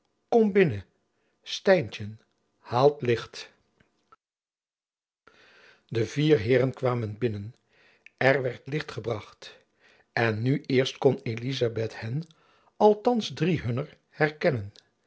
komt binnen stijntjen haal licht de vier heeren kwamen binnen er werd licht gebracht en nu eerst kon elizabeth hen althands drie hunner herkennen